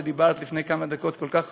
שדיברת לפני כמה דקות כל כך